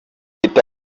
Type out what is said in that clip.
leta